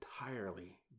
entirely